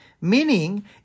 meaning